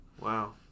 Wow